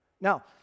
Now